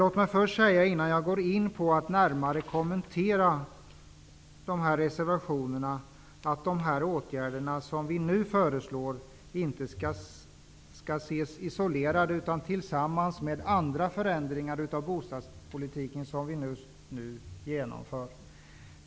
Låt mig innan jag närmare kommenterar reservationerna säga att de åtgärder regeringen nu förselår inte skall ses isolerade utan tillsammans med andra förändringar av bostadspolitiken som just nu genomförs.